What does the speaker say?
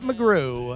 McGrew